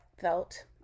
felt